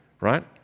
right